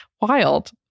wild